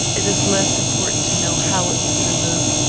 it is less important to know how it was removed,